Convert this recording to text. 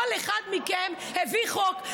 כל אחד מכם הביא חוק,